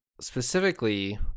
specifically